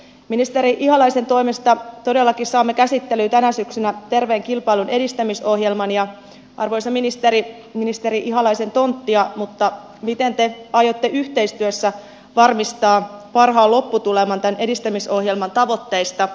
ministeri ihalaisen toimesta todellakin saamme käsittelyyn tänä syksynä terveen kilpailun edistämisohjelman ja arvoisa ministeri tämä on ministeri ihalaisen tonttia mutta miten te aiotte yhteistyössä varmistaa parhaan lopputuleman tämän edistämisohjelman tavoitteista